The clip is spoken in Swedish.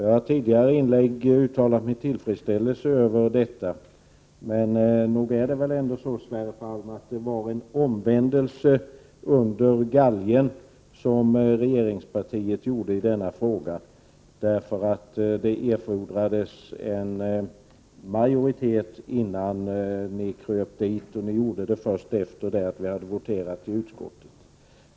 Jag har i tidigare inlägg uttalat min tillfredsställelse över detta. Men nog var det, Sverre Palm, en omvändelse under galgen som regeringspartiet gjorde i denna fråga? Det erfordrades ju en majoritet innan socialdemokraterna gick med på detta, och socialdemokraterna gjorde det först efter det att vi hade röstat i utskottet.